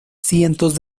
cientos